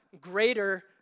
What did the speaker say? greater